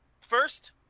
First